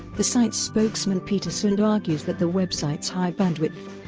the site's spokesman peter sunde argues that the website's high bandwidth,